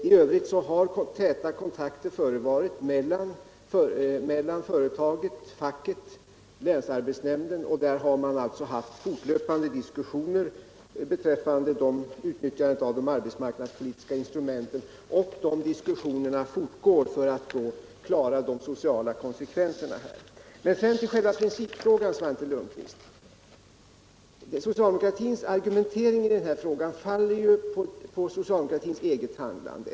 I övrigt har som sagt täta kontakter förevarit mellan företaget, facket och länsarbetsnämnden, varvid diskuterats utnyttjandet av de arbetsmarknadspolitiska instrumenten. Och de diskussionerna fortgår för att vi skall kunna klara de sociala konsekvenserna. Sedan till själva principfrågan, Svante Lundkvist. Socialdemokratins argumentering i denna sak faller på socialdemokratins eget handlande.